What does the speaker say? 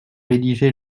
rédigé